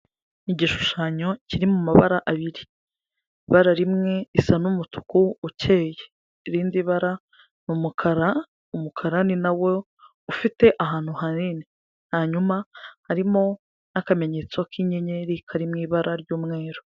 Igishushanyo kiri mu mabara abiri ibara rimwe risa n'umutuku ukeye irindi bara ni umukara, umukara ni nawo ufite ahantu hanini, hanyuma harimo n'akamenyetso k'inyenyeri kari mu ibara ry'umweru.